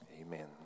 Amen